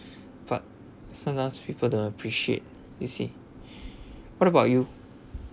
but sometimes people don't appreciate you see what about you